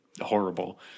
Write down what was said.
horrible